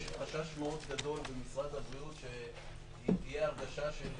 חשש מאוד גדול במשרד הבריאות שתהיה הרגשה של